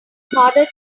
harder